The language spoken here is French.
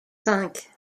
cinq